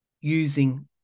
using